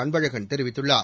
அன்பழகன் தெரிவித்துள்ளார்